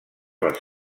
les